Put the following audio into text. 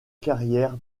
carrière